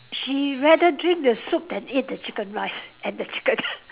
she rather drink the soup than eat the chicken rice and the chicken